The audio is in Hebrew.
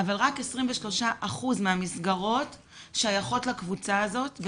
אבל רק 23% מהמסגרות שייכות לקבוצה הזאת,